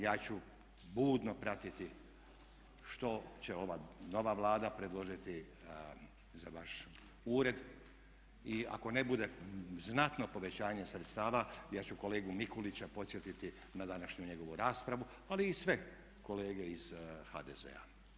Ja ću budno pratiti što će ova nova Vlada predložiti za vaš ured i ako ne bude znatno povećanje sredstava ja ću kolegu Mikulića podsjetiti na današnju njegovu raspravu, ali i sve kolege iz HDZ-a.